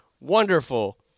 wonderful